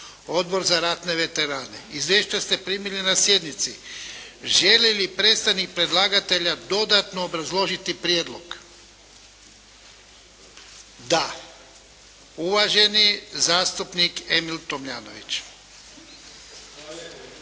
Odbor za ratne veterane. Izvješća ste primili na sjednici. Želi li predstavnik predlagatelja dodatno obrazložiti prijedlog? Da. Uvaženi zastupnik Emil Tomjanović.